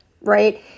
right